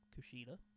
Kushida